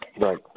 right